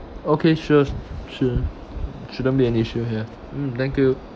okay sure sure shouldn't be an issue here mm thank you